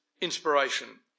inspiration